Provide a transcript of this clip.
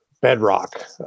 bedrock